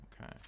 okay